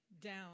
down